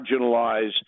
marginalize